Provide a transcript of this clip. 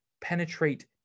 penetrate